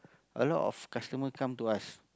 a lot of customer come to us